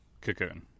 Cocoon